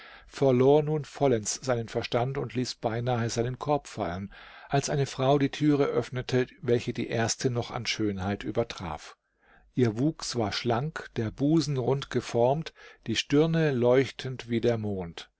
verlor nun vollends seinen verstand und ließ beinahe seinen korb fallen als eine frau die türe öffnete welche die erste noch an schönheit übertraf ihr wuchs war schlank der busen rund geformt die stirne leuchtend wie der mond